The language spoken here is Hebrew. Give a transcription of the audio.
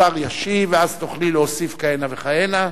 השר ישיב, ואז תוכלי להוסיף כהנה וכהנה.